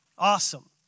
Awesome